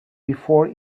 before